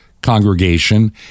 congregation